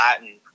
Latin